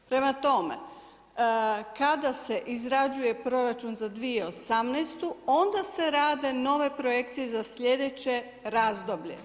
Prema tome, kada se izrađuje proračun za 2018. onda se rade nove projekcije za sljedeće razdoblje.